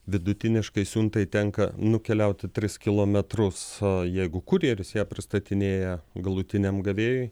vidutiniškai siuntai tenka nukeliauti tris kilometrus o jeigu kurjeris ją pristatinėja galutiniam gavėjui